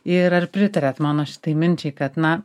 ir ar pritariat mano šitai minčiai kad na